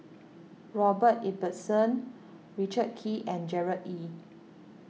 Robert Ibbetson Richard Kee and Gerard Ee